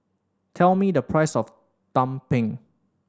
tell me the price of tumpeng